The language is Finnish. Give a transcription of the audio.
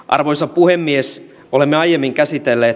arvoisa puhemies olen aiemmin käsitelleet